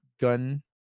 gun